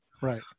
Right